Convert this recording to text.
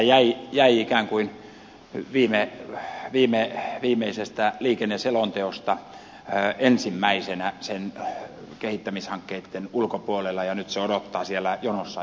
sehän jäi ikään kuin viimeisestä liikenneselonteosta ensimmäisenä sen kehittämishankkeitten ulkopuolelle ja nyt se odottaa siellä jonossa ensimmäisenä